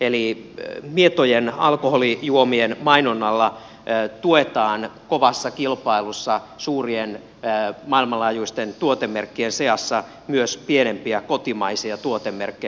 eli mietojen alkoholijuomien mainonnalla tuetaan kovassa kilpailussa suurien maailmanlaajuisten tuotemerkkien seassa myös pienempiä kotimaisia tuotemerkkejä